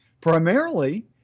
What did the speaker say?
primarily